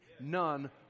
none